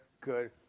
good